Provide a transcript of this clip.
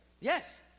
yes